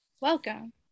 Welcome